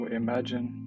imagine